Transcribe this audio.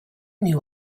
knew